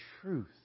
truth